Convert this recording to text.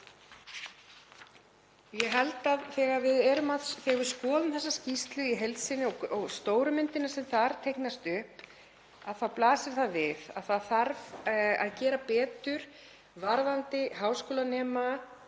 Ég held, þegar við skoðum þessa skýrslu í heild sinni og stóru myndina sem þar teiknast upp, að þá blasi við að það þarf að gera betur varðandi háskólanema,